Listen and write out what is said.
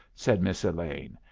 said miss elaine.